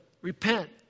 repent